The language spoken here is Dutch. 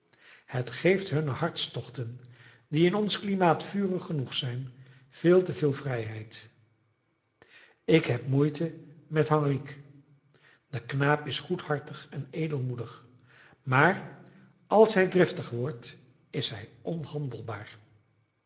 het geeft hunne hartstochten die in ons klimaat vurig genoeg zijn veel te veel vrijheid ik heb moeite met henrique de knaap is goedhartig en edelmoedig maar als hij driftig wordt is hij